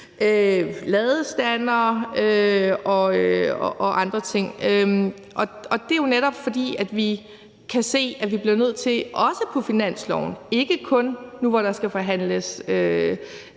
ladestandere og andre ting. Og det er jo netop, fordi vi kan se, at vi også på finansloven, ikke kun nu, hvor der skal forhandles